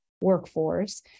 workforce